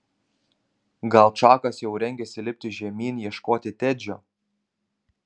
gal čakas jau rengėsi lipti žemyn ieškoti tedžio